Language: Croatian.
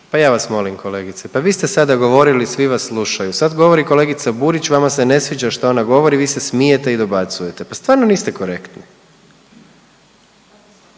pa ja vas molim kolegice, pa vi ste sada govorili, svi vas slušaju, sad govori kolegica Burić, vama se ne sviđa što ona govori, vi se smijete i dobacujete, pa stvarno niste korektni.